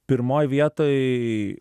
pirmoj vietoj